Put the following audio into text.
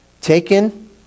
taken